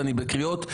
ואני בקריאות,